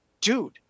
dude